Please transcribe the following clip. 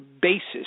basis